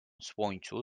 słońcu